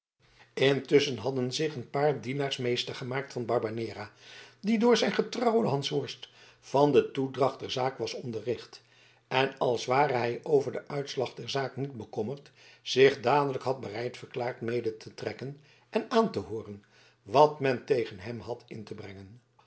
intusschen hadden zich een paar dienaars meester gemaakt van barbanera die door zijn getrouwen hansworst van de toedracht der zaak was onderricht en als ware hij over den uitslag der zaak niet bekommerd zich dadelijk had bereid verklaard mede te trekken en aan te hooren wat men tegen hem had in te brengen